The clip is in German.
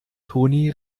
toni